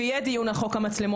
ויהיה דיון על חוק המצלמות,